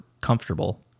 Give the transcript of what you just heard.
comfortable